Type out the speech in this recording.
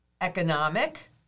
economic